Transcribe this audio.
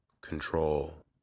control